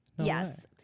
yes